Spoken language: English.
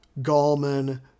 Gallman